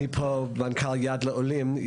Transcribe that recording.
אני פה כמנכ"ל יד לעולים.